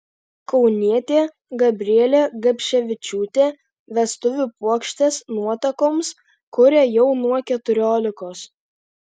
kaunietė gabrielė gabševičiūtė vestuvių puokštes nuotakoms kuria jau nuo keturiolikos